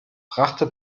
brachte